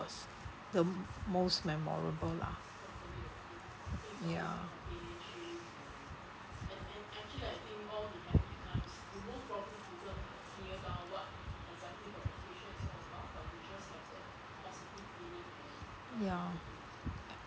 the most memorable lah ya ya